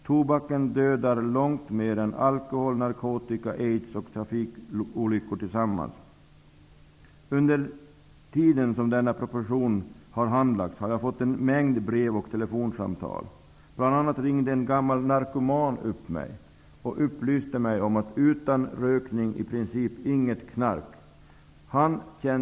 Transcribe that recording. Tobaken dödar långt fler än alkohol, narkotika, aids och trafikolyckor tillsammans. Under den tid som denna proposition har handlagts, har jag fått en mängd brev och telefonsamtal. Bl.a. ringde en gammal narkoman och upplyste mig om att det utan rökning i princip inte skulle finnas något knark.